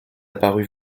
apparue